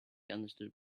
understood